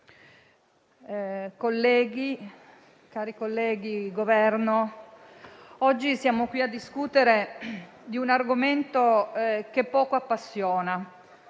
del Governo, oggi siamo qui a discutere di un argomento che poco appassiona